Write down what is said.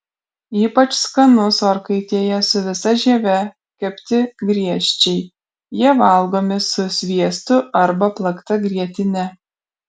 ypač skanus orkaitėje su visa žieve kepti griežčiai jie valgomi su sviestu arba plakta grietine